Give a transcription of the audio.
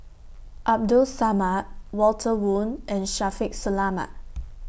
Abdul Samad Walter Woon and Shaffiq Selamat